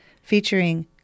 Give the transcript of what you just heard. featuring